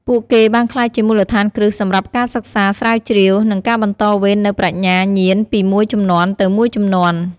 ពួកគេបានក្លាយជាមូលដ្ឋានគ្រឹះសម្រាប់ការសិក្សា ស្រាវជ្រាវ និងការបន្តវេននូវប្រាជ្ញាញាណពីមួយជំនាន់ទៅមួយជំនាន់។